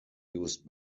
used